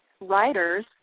writers